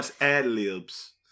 ad-libs